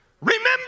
remember